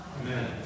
Amen